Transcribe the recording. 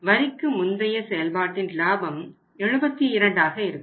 வரிக்கு முந்தைய செயல்பாட்டின் லாபம் 72 ஆக இருக்கும்